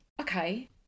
okay